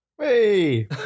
Hey